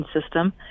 system